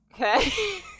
okay